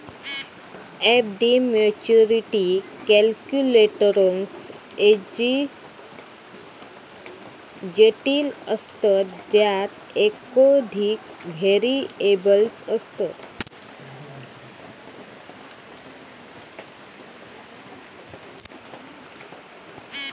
FD maturity calculations जटिल असतत ज्यात एकोधिक व्हेरिएबल्स असतत